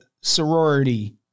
sorority